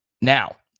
Now